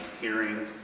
hearing